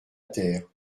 terre